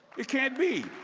it can't be.